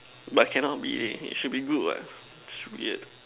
but cannot be leh it should be good what should be